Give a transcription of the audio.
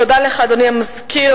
תודה לך, אדוני המזכיר.